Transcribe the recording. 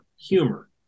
humor